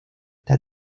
that